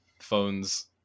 phones